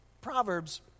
Proverbs